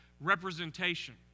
representation